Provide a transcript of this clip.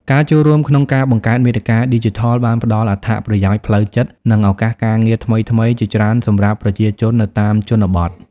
ការចូលរួមក្នុងការបង្កើតមាតិកាឌីជីថលបានផ្តល់អត្ថប្រយោជន៍ផ្លូវចិត្ត និងឱកាសការងារថ្មីៗជាច្រើនសម្រាប់ប្រជាជននៅតាមជនបទ។